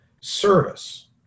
service